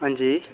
हां जी